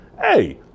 hey